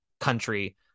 country